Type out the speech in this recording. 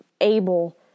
able